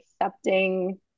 accepting